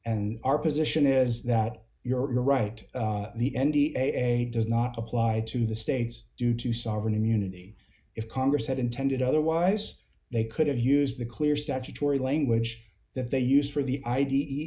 and our position is that you're right the n b a does not apply to the states due to sovereign immunity if congress had intended otherwise they could have used the clear statutory language that they use for the i